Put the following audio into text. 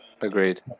Agreed